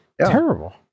Terrible